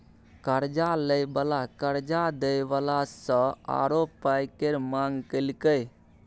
कर्जा लय बला कर्जा दय बला सँ आरो पाइ केर मांग केलकै